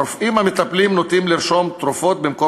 הרופאים המטפלים נוטים לרשום תרופות במקום